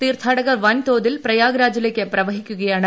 തീർത്ഥാടകർ വൻതോതിൽ പ്രയാഗ്രാജിലേക്ക് പ്രവഹിക്കുകയാണ്